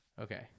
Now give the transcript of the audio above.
Okay